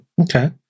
Okay